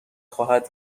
خواهد